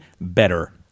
better